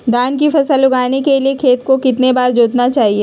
धान की फसल उगाने के लिए खेत को कितने बार जोतना चाइए?